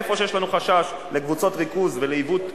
איפה שיש לנו חשש לקבוצות ריכוז ולעיוות השוק,